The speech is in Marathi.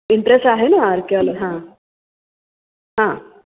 इंटरेस्ट आहे ना आरकेल हां हां